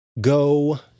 go